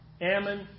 Ammon